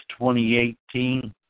2018